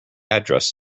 address